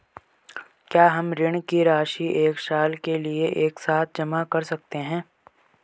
क्या हम ऋण की राशि एक साल के लिए एक साथ जमा कर सकते हैं?